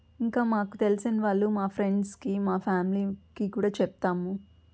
ఇంకా మాకు తెలిసిన వాళ్ళు మా ఫ్రెండ్స్కి మా ఫ్యామిలీకి కూడా చెప్తాము